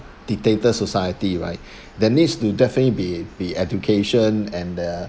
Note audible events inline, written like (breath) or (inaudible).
dictator society right (breath) there needs to definitely be be education and uh